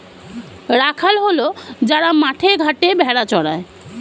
রাখাল হল যারা মাঠে ঘাটে ভেড়া চড়ায়